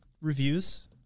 reviews